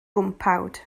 gwmpawd